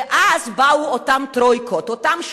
ואז באו אותן שלישיות,